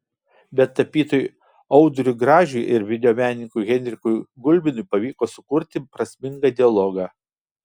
bet tapytojui audriui gražiui ir videomenininkui henrikui gulbinui pavyko sukurti prasmingą dialogą